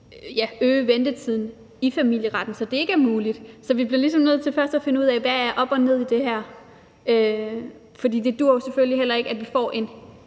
øge ventetiden i familieretten, så det ikke er muligt. Så vi bliver ligesom nødt til først at finde ud af, hvad der er op og ned i det her. For det duer jo selvfølgelig heller ikke, at vi får en